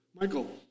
Michael